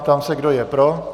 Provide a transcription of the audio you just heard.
Ptám se, kdo je pro?